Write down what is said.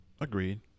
Agreed